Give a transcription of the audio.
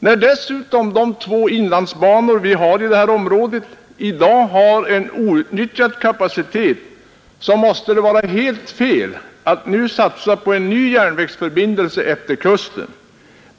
När dessutom de två inlandsbanor vi har i det här området i dag har en outnyttjad kapacitet, så måste det vara helt fel att nu satsa på en ny järnvägsförbindelse efter kusten.